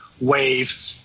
wave